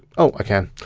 oh i can.